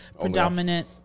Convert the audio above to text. predominant